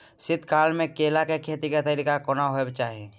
शीत काल म केला के खेती के तरीका केना होबय के चाही?